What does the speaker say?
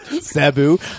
Sabu